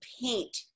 paint